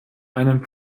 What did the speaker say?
einem